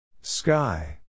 Sky